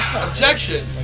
Objection